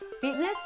fitness